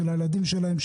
של הילדים שלהם,